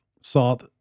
salt